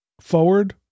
forward